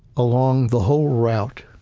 along the whole route